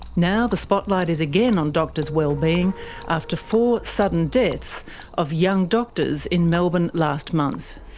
now the spotlight is again on doctors' wellbeing after four sudden deaths of young doctors in melbourne last month.